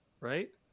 right